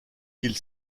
ils